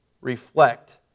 reflect